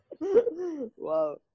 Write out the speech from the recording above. Wow